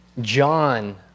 John